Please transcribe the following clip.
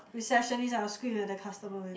receptionist I will scream at the customer man